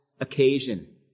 occasion